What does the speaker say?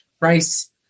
Rice